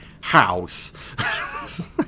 house